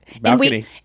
balcony